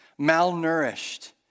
malnourished